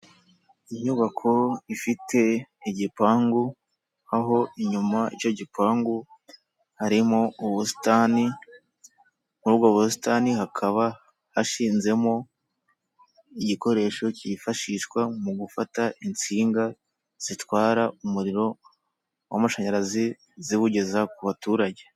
Inyubako ifite igipangu, aho inyuma icyo gipangu harimo ubusitani, muri ubwo busitani hakaba hashinzemo igikoresho cyifashishwa mu gufata insinga zitwara umuriro w'amashanyarazi ziwugeza ku baturage.